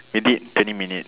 maybe twenty minute